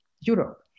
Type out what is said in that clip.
Europe